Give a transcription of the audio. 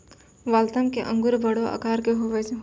Waltham के अंगूर बड़ो आकार के हुवै छै